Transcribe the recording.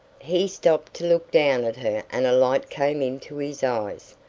he stopped to look down at her and a light came into his eyes.